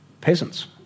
peasants